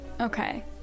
Okay